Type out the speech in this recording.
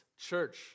church